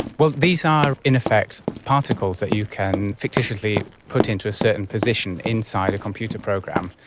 well, these are in effect particles that you can fictitiously put into a certain position inside a computer program,